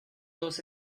dos